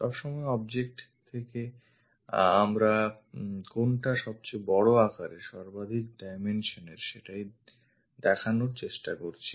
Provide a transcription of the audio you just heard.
সবসময় object থেকে আমরা কোনটা সবচেয়ে বড় আকারের সর্বাধিক ডাইমেনশন এর সেটাই দেখানোর চেষ্টা করছি